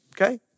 Okay